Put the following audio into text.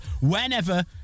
whenever